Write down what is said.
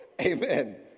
Amen